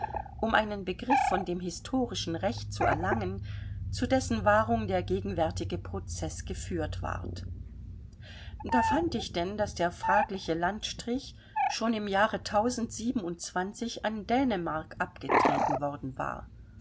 um einen begriff von dem historischen recht zu erlangen zu dessen wahrung der gegenwärtige prozeß geführt ward da fand ich denn daß der fragliche landstrich schon im jahre an dänemark abgetreten worden war